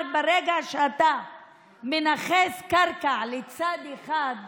אני מתחיל לשאול